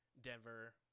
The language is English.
Denver